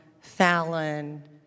Fallon